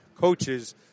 Coaches